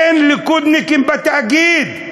אין ליכודניקים בתאגיד,